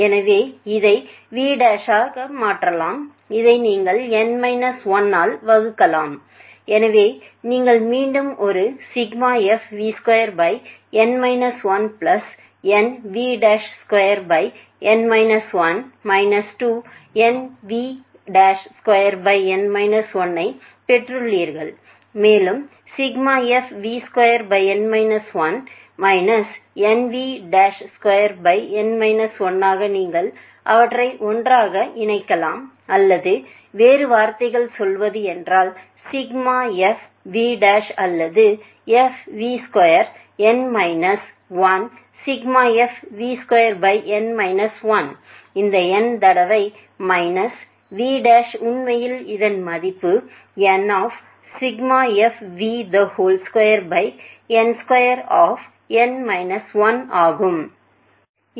எனவே இதை vஆல் மாற்றலாம் இதை நீங்கள் n 1 ஆல் வகுக்கலாம் எனவே நீங்கள் மீண்டும் ஒரு fv2n 1 nv2n 1 2nv2n 1ஐப் பெற்றுள்ளீர்கள் மேலும் fv2n 1 nv2n 1 ஆக நீங்கள் அவற்றை ஒன்றாக இணைக்கலாம் அல்லது வேறு வார்த்தைகள் சொல்வது என்றால்fvஅல்லது fv2 n மைனஸ் 1 fv2n 1 இந்த n தடவை மைனஸ் v உண்மையில் இதன் மதிப்பு n2n2 ஆகும்